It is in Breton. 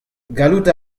gallout